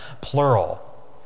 plural